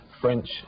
French